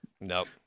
Nope